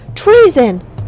Treason